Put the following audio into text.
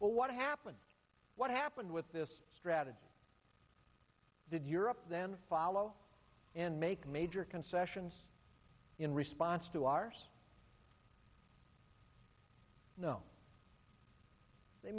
well what happens what happened with this strategy did europe then follow and make major concessions in response to our no they